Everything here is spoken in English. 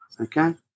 okay